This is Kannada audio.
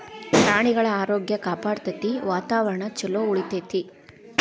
ಪ್ರಾಣಿಗಳ ಆರೋಗ್ಯ ಕಾಪಾಡತತಿ, ವಾತಾವರಣಾ ಚುಲೊ ಉಳಿತೆತಿ